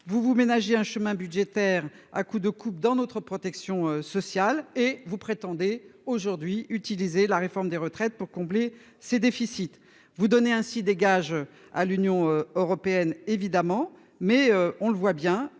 Vous vous ménager un chemin budgétaire à coups de dans notre protection sociale et vous prétendez aujourd'hui utiliser la réforme des retraites pour combler ses déficits vous donner ainsi des gages à l'Union européenne évidemment, mais on le voit bien